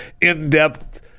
in-depth